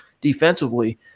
defensively